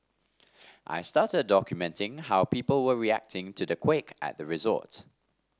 I started documenting how people were reacting to the quake at the resort